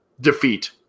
defeat